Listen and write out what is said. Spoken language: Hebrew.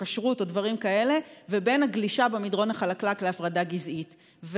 כשרות או דברים כאלה ובין הגלישה במדרון החלקלק להפרדה גזעית,